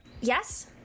Yes